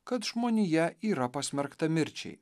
kad žmonija yra pasmerkta mirčiai